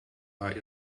are